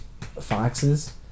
foxes